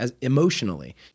emotionally